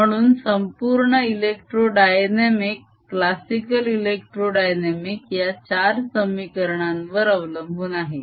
म्हणून संपूर्ण electrodynamic classical electrodynamic या चार समीकरणा वर अवलंबून आहे